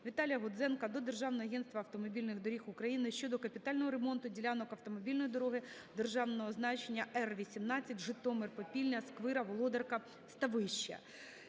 Віталія Гудзенка до Державного агентства автомобільних доріг України щодо капітального ремонту ділянок автомобільної дороги державного значення Р-18 (Житомир-Попільня-Сквира-Володарка-Ставище).